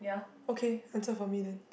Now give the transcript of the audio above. okay answer for me then